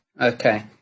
Okay